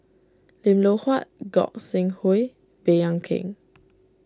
Lim Loh Huat Gog Sing Hooi Baey Yam Keng